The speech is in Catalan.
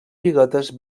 biguetes